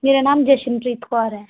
ਮੇਰਾ ਨਾਮ ਜਸ਼ਨਪ੍ਰੀਤ ਕੌਰ ਹੈ